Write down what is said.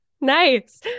Nice